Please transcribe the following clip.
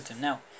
Now